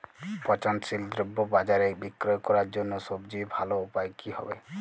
পচনশীল দ্রব্য বাজারে বিক্রয় করার জন্য সবচেয়ে ভালো উপায় কি হবে?